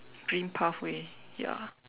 green pathway ya